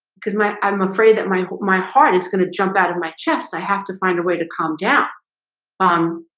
because my i'm afraid that my my heart is gonna jump out of my chest. i have to find a way to calm down um,